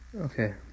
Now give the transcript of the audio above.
Okay